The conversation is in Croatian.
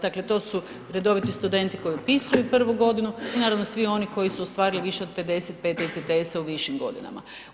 Dakle, to su redoviti studenti koji upisuju 1. godinu i naravno svi oni koji su ostvarili više od 55 ECTS-a u višim godinama.